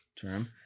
term